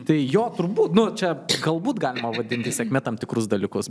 tai jo turbūt nu čia galbūt galima vadinti sėkme tam tikrus dalykus